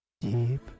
deep